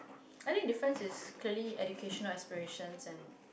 I think the different is clearly education aspiration and